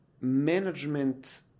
management